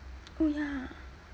oh ya